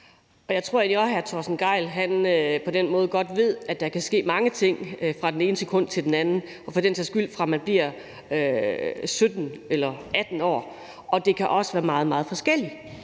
egentlig også, at hr. Torsten Gejl på den måde godt ved, at der kan ske mange ting fra det ene sekund til det andet, og – for den sags skyld – fra man bliver 17 eller 18 år. Det kan også være meget, meget forskelligt